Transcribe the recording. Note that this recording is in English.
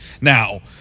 now